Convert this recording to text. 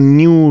new